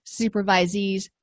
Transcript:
supervisees